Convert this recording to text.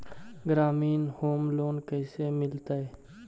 ग्रामीण home loan कैसे मिलतै?